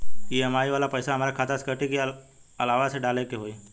EMI वाला पैसा हाम्रा खाता से कटी की अलावा से डाले के होई?